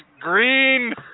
green